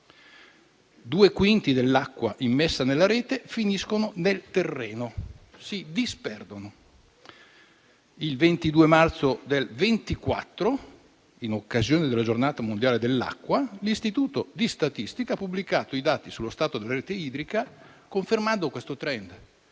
due quinti dell'acqua immessa nella rete finiscono nel terreno, si disperdono. Il 22 marzo del 2024, in occasione della Giornata mondiale dell'acqua, l'Istituto di statistica ha pubblicato i dati sullo stato della rete idrica, confermando questo *trend*: